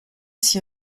six